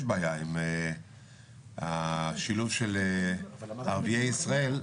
יש בעיה עם השילוב של ערביי ישראל,